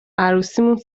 عروسیمون